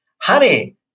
honey